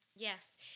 Yes